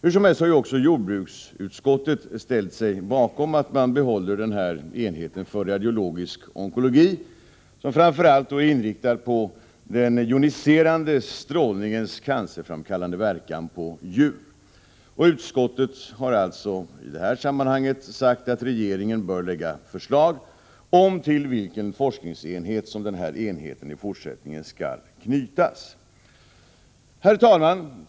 Hur som helst har också jordbruksutskottet ställt sig bakom att man behåller enheten för radiologisk onkologi, som framför allt är inriktad på den joniserande strålningens cancerframkallande verkan på djur. Utskottet har sagt att regeringen bör lägga fram förslag om till vilken forskningsenhet den här enheten i fortsättningen skall knytas. Herr talman!